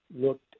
looked